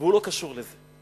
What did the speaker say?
והוא לא קשור לזה.